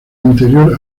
interior